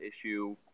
issue